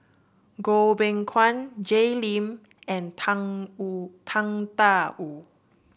Goh Beng Kwan Jay Lim and Tang Wu Tang Da Wu